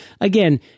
again